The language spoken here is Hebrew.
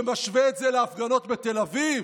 שמשווה את זה להפגנות בתל אביב.